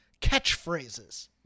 catchphrases